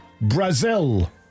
Brazil